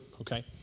okay